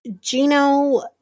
Gino